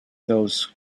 those